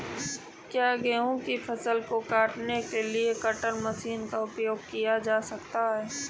क्या गेहूँ की फसल को काटने के लिए कटर मशीन का उपयोग किया जा सकता है?